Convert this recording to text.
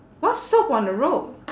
what's soap on a rope